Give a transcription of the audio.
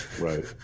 Right